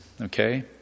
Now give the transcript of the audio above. okay